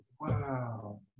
wow